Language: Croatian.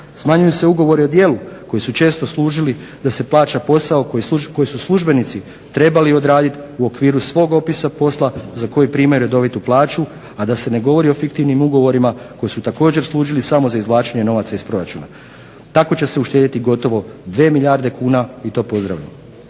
Smanjuju se ugovori o djelu koji su često služili da se plaća posao koji su službenici trebali odraditi u okviru svog opisa posla za koji primaju redovitu plaću, a da se ne govori o fiktivnim ugovorima koji su također služili samo za izvlačenje novaca iz proračuna. Tako će se uštedjeti gotovo 2 milijarde kuna i to pozdravljamo.